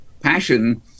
passion